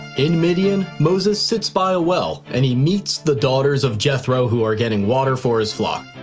in midian, moses sits by a well and he meets the daughters of jethro who are getting water for his flock.